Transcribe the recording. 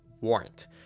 warrant